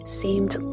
seemed